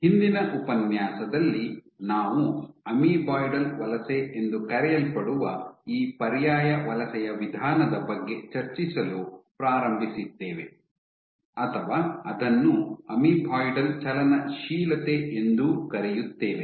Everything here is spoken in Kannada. ಹಿಂದಿನ ಉಪನ್ಯಾಸದಲ್ಲಿ ನಾವು ಅಮೀಬಾಯ್ಡಲ್ ವಲಸೆ ಎಂದು ಕರೆಯಲ್ಪಡುವ ಈ ಪರ್ಯಾಯ ವಲಸೆಯ ವಿಧಾನದ ಬಗ್ಗೆ ಚರ್ಚಿಸಲು ಪ್ರಾರಂಭಿಸಿದ್ದೇವೆ ಅಥವಾ ಅದನ್ನು ಅಮೀಬಾಯ್ಡಲ್ ಚಲನಶೀಲತೆ ಎಂದೂ ಕರೆಯುತ್ತೇವೆ